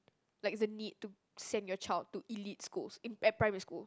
like the need to send your child to elite schools in at primary schools